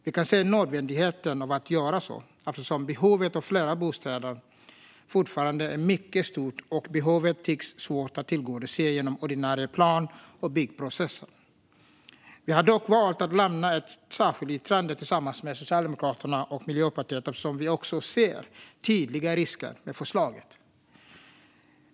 Vi kan se nödvändigheten av att göra så, eftersom behovet av fler bostäder fortfarande är mycket stort och tycks svårt att tillgodose genom ordinarie plan och byggprocesser. Vi har dock valt att lämna ett särskilt yttrande tillsammans med Socialdemokraterna och Miljöpartiet eftersom vi också ser tydliga risker med förslaget.